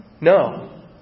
No